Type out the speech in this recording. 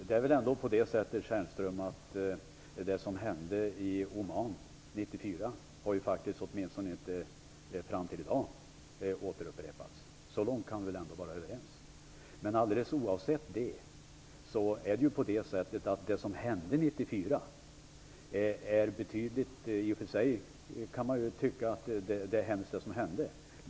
Fru talman! Det som hände i Oman 1994 har inte upprepats, åtminstone inte fram till i dag. Så långt kan vi väl ändå vara överens, Michael Stjernström. Man kan tycka att det som hände 1994 är hemskt, alldeles oavsett det.